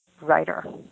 writer